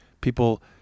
People